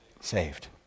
Saved